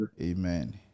Amen